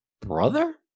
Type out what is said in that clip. brother